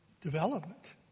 development